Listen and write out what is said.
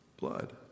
blood